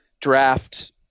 draft